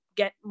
get